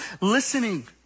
listening